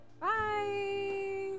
bye